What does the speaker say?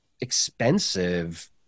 expensive